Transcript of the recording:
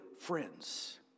friends